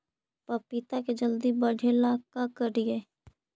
पपिता के जल्दी बढ़े ल का करिअई?